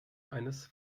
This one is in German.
eines